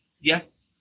yes